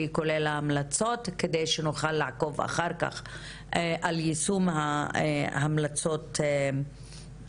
כולל ההמלצות כדי שנוכל לעקוב אחר כך על יישום ההמלצות האלה.